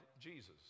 jesus